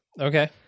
Okay